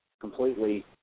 completely